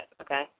okay